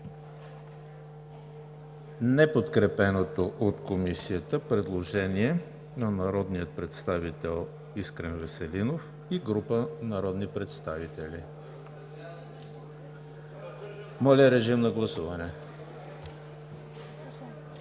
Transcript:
неподкрепеното от Комисията предложение на народния представител Искрен Веселинов и група народни представители. Гласували